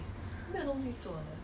right it's called 夜店 right